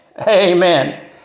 Amen